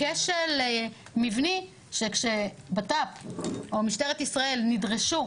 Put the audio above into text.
כשל מבני שכשבט"פ או משטרת ישראל נדרשו